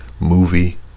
movie